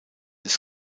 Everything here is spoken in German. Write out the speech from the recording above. ist